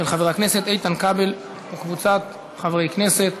של חבר הכנסת איתן כבל וקבוצת חברי הכנסת.